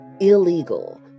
illegal